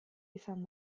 izan